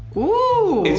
ooh.